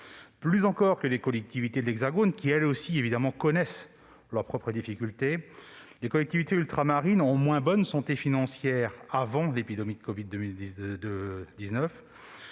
Plus encore que les collectivités de l'Hexagone, qui connaissent évidemment elles aussi leurs propres difficultés, les collectivités ultramarines, en moins bonne santé financière avant l'épidémie de covid-19,